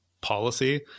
policy